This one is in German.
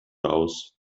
aus